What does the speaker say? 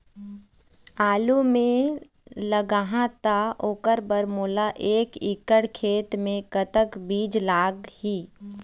आलू मे लगाहा त ओकर बर मोला एक एकड़ खेत मे कतक बीज लाग ही?